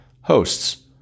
hosts